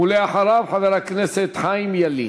ואחריו, חבר הכנסת חיים ילין.